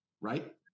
right